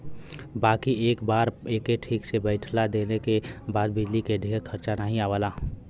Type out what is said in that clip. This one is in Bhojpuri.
बाकी एक बार एके ठीक से बैइठा देले के बाद बिजली के ढेर खरचा नाही आवला